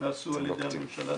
שנעשו על ידי הממשלה.